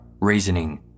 reasoning